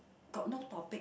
got no topic